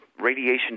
radiation